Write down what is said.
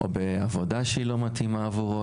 או בעבודה שהיא לא מתאימה עבורו.